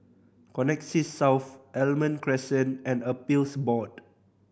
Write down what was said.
Connexis South Almond Crescent and Appeals Board